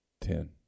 Ten